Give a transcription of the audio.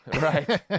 Right